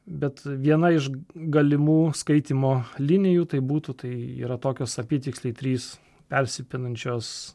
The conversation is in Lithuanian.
bet viena iš galimų skaitymo linijų tai būtų tai yra tokios apytiksliai trys persipinančios